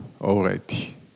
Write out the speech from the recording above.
already